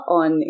on